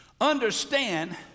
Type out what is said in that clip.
Understand